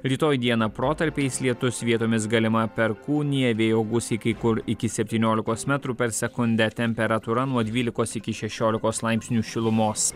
rytoj dieną protarpiais lietus vietomis galima perkūnija vėjo gūsiai kai kur iki septyniolikos metrų per sekundę temperatūra nuo dvylikos iki šešiolikos laipsnių šilumos